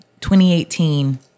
2018